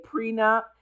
prenup